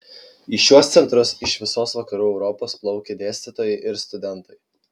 į šiuos centrus iš visos vakarų europos plaukė dėstytojai ir studentai